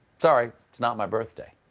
sorry, it's not my birthday.